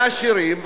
לעשירים,